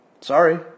Sorry